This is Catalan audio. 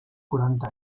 quaranta